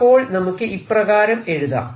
അപ്പോൾ നമുക്ക് ഇപ്രകാരം എഴുതാം